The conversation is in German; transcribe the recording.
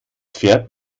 fährt